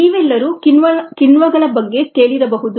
ನೀವೆಲ್ಲರೂ ಕಿಣ್ವಗಳ ಬಗ್ಗೆ ಕೇಳಿರಬಹುದು